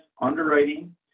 underwriting